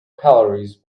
calories